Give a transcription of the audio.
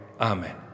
Amen